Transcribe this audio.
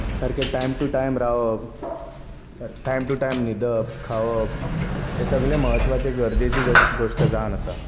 सारकें time to time रावप time to time न्हिदप खावप हे सगळे म्हत्वाचे गरजेचें गोश्ट जावन आसा